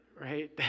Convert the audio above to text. Right